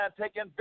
taking